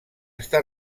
està